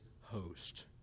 host